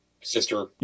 sister